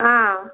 ஆ